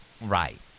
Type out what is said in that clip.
right